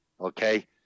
okay